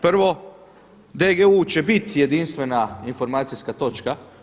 Prvo DGU će biti jedinstvena informacijska točka.